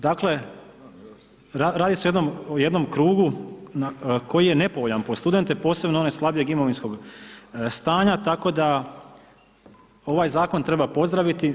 Dakle, radi se o jednom krugu koji je nepovoljan po studente posebno one slabijeg imovinskog stanja, tako da ovaj zakon treba pozdraviti.